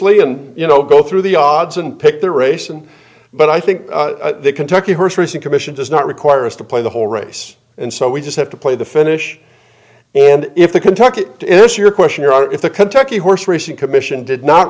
studiously and you know go through the odds and pick the ration but i think the kentucky horse racing commission does not require us to play the whole race and so we just have to play the finish and if the kentucky is your question or if the kentucky horse racing commission did not